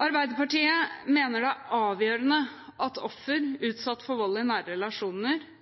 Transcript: Arbeiderpartiet mener det er avgjørende for ofre utsatt for vold i nære relasjoner at